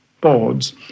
boards